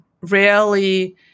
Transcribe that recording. rarely